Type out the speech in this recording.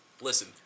listen